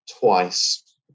twice